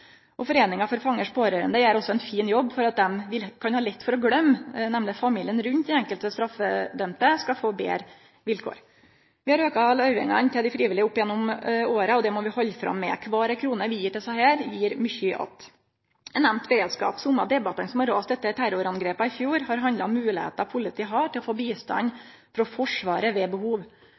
soninga. Foreningen for Fangers Pårørende gjer òg ein fin jobb for dei ein kan ha lett for å gløyme, familien rundt den enkelte straffedømte – og for at dei skal få betre vilkår. Vi har auka løyvingane til dei frivillige opp gjennom åra, og det må vi halde fram med. Kvar ei krone vi gir til desse, gir mykje att. Eg nemnte beredskap. Somme av debattane som har rasa etter terrorangrepa i fjor, har handla om moglegheita politiet har til å få bistand frå Forsvaret ved behov.